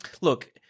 look